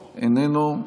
איננו.